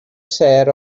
sêr